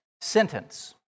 sentence